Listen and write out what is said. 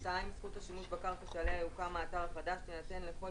זכות השימוש בקרקע שעליה יוקם האתר החדש תינתן לכל